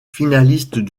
finaliste